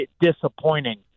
disappointing